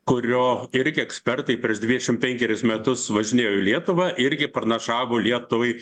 kurio irgi ekspertai prieš dvidešim penkerius metus važinėjo į lietuvą irgi pranašavo lietuvai